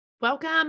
Welcome